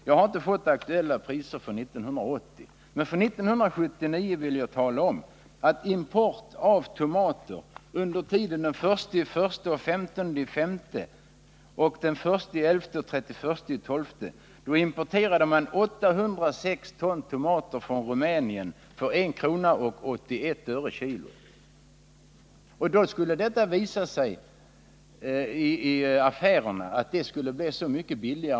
Jag har inte fått aktuella priser för 1980, men 1979 importerade man under tiden den 1 januari—den 15 maj och den 1 november — den 31 december 806 ton tomater från Rumänien för 1:81 kr. per kilogram. I affärerna skulle det förstås bli så mycket billigare.